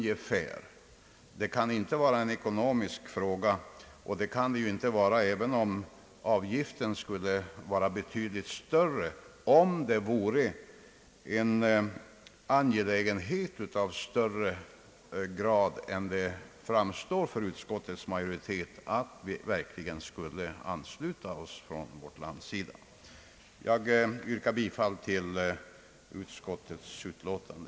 Detta kan inte vara någon ekonomisk fråga, och vore det inte heller ifall avgiften skulle vara betydligt större, om en anslutning bedömdes vara av högre angelägenhetsgrad än utskottets majoritet anser. Herr talman! Jag ber att få yrka bifall till utskottets utlåtande.